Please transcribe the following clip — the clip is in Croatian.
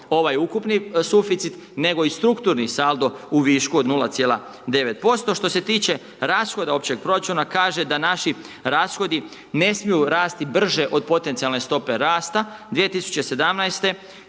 ovaj ukupni suficit nego i strukturni saldo u višku od 0,9%. Što se tiče rashoda općeg proračuna kaže da naši rashodi ne smiju rasti brže od potencijalne stope rasta. 2017.